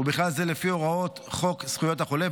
ובכלל זה לפי הוראות חוק זכויות החולה,